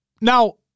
Now